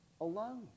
alone